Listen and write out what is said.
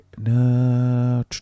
no